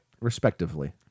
Respectively